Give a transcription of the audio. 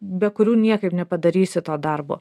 be kurių niekaip nepadarysi to darbo